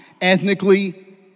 ethnically